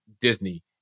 Disney